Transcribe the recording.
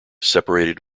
separated